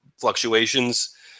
fluctuations